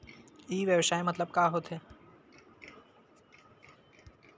ई व्यवसाय मतलब का होथे?